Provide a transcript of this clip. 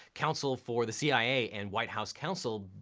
counsel for the cia and white house counsel,